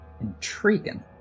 Intriguing